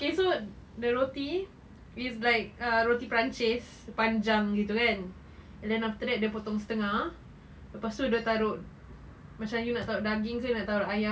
okay so the roti is like ah roti perancis panjang gitu kan and then after that dia potong setengah lepas tu dia taruk macam you nak taruk daging ke nak taruk ayam